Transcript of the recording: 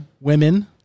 women